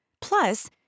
Plus